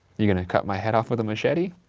you're gonna cut my head off with a machete?